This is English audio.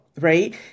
right